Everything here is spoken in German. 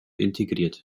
integriert